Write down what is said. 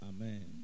Amen